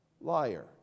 liar